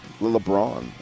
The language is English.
LeBron